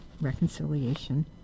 reconciliation